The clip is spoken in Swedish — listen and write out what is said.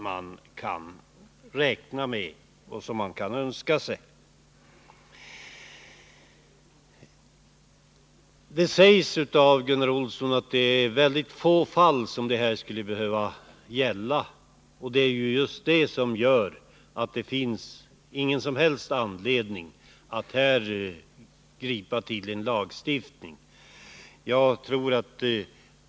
Gunnar Olsson säger att denna lagstiftning bara skulle behöva tillämpas i enstaka fall. Men det är just det som gör att det inte finns någon som helst anledning att tillgripa en lagstiftning.